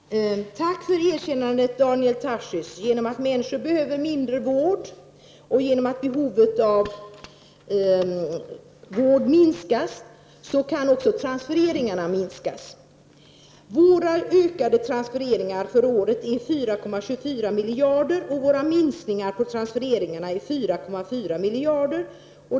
Herr talman! Tack för erkännandet, Daniel Tarschys. Genom att människor behöver mindre vård och genom att behovet av vård minskas kan också transfereringarna minskas. Vi ökar transfereringarna för året med 4,24 miljarder och minskar transfereringarna med 4,4 miljarder.